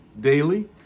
daily